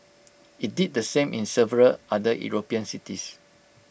IT did the same in several other european cities